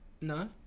no